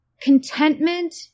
contentment